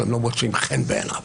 שלא מוצאים חן בעיניו.